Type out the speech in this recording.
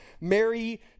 Mary